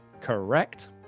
correct